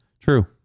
true